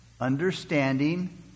understanding